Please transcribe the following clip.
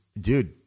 dude